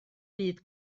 byd